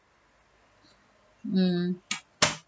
mm